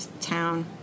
town